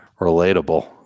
Relatable